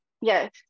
yes